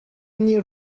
nih